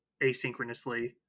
asynchronously